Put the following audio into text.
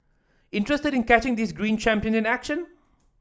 interested in catching these green champion in action